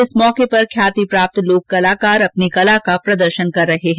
इस अवसर पर ख्याप्ति प्राप्त लोक कलाकार अपनी कला का प्रदर्शन कर रहे है